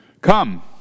Come